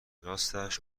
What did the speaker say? راستش